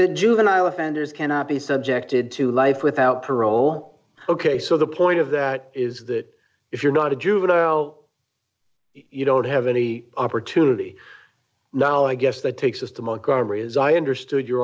a juvenile offenders cannot be subjected to life without parole ok so the point of that is that if you're not a juvenile you don't have any opportunity now i guess that takes us to montgomery as i understood your